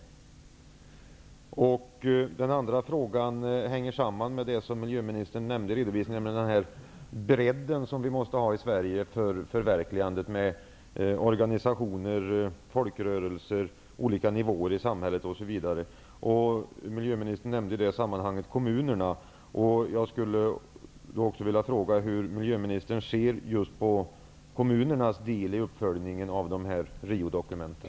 Vidare, och den här frågan hänger samman med det som miljöministern nämnde i redovisningen om den bredd som vi i Sverige måste ha när det gäller förverkligandet av det här och samarbetet med organisationer, folkrörelser, olika nivåer i samhället osv. Miljöministern nämnde i det sammanhanget kommunerna. Min fråga blir således: Hur ser miljöministern på kommunernas roll när det gäller uppföljningen av Riodokumenten?